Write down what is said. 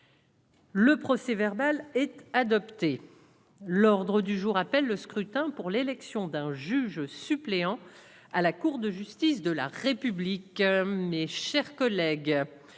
Le procès verbal est adopté. L'ordre du jour appelle le scrutin pour l'élection d'un juge suppléant à la Cour de justice de la République, mes chers collègues,